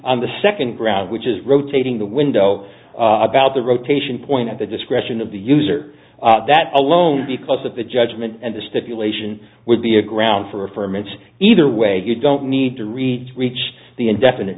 on the second ground which is rotating the window about the rotation point at the discretion of the user that alone because of the judgement and the stipulation would be a ground for a ferment either way you don't need to read to reach the indefinite